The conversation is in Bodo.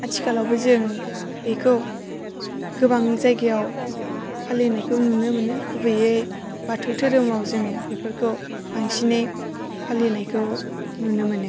आथिखालावबो जों बेखौ गोबां जायगायाव फालिनायखौ नुनो मोनो गुबैयै बाथौ धोरोमाव जों बेफोरखौ बांसिनै फालिनायखौ नुनो मोनो